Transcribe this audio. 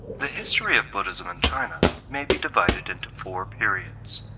the history of buddhism in china may be divided into four periods.